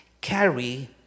carry